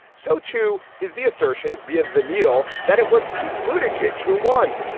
so too is the assertion via the needle that it was pete bhuta jej who won.